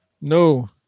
No